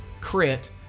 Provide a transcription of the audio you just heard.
crit